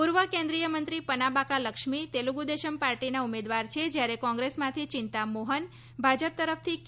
પૂર્વ કેન્દ્રીયમંત્રી પનાબાકા લક્ષ્મી તેલુગુ દેશમ પાર્ટીના ઉમેદવાર છે જ્યારે કોંગ્રેસમાંથી ચિંતા મોહન ભાજપ તરફથી કે